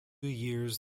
years